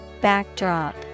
Backdrop